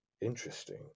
interesting